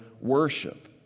worship